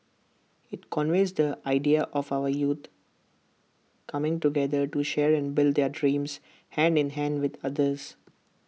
IT conveys the ideal of our youth coming together to share and build their dreams hand in hand with others